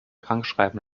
krankschreiben